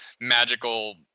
magical